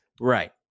right